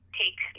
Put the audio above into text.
take